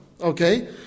okay